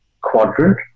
quadrant